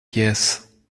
pièce